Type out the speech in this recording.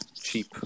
cheap